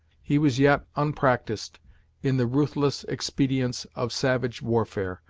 he was yet unpracticed in the ruthless expedients of savage warfare,